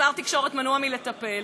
שר התקשורת מנוע מלטפל.